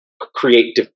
create